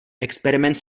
experiment